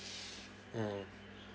mm